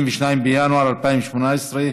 22 בינואר 2018,